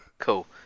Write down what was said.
cool